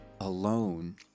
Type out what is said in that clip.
alone